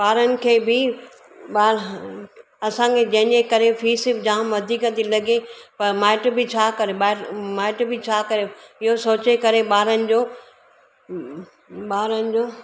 ॿारनि खे बि ॿार असांखे जंहिंजे करे फ़ीस जाम वधीक थी लॻे पर माइटु बि छा करे ॿाहिरि माइटु बि छा करे इहो सोचे करे ॿारनि जो ॿारनि जो